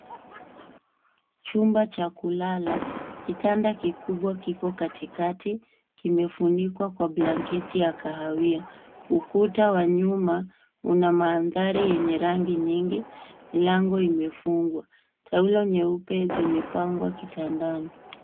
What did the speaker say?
Chumba cha kulala. Kitanda kikubwa kiko katikati, kimefunikwa kwa blanketi ya kahawia. Ukuta wa nyuma una mandhari wenye rangi nyingi. Milango imefungwa. Taulo nyeupe zimepangwa kitandani.